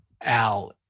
al